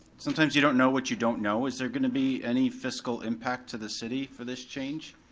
sometimes you don't know what you don't know, is there gonna be any fiscal impact to the city for this change?